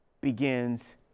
begins